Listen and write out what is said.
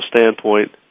standpoint